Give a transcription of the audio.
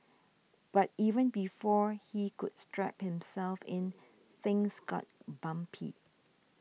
but even before he could strap himself in things got bumpy